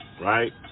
right